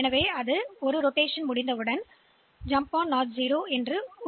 அதை நாம் 1 எனக் கொண்ட பிட் என்று எண்ணுவதில்லை